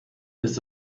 ist